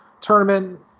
tournament